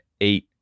eight